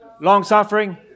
long-suffering